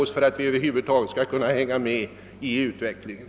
Vi har tvingats till detta för att kunna följa med i utvecklingen.